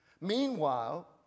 Meanwhile